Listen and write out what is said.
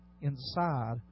inside